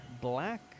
black